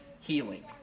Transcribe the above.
healing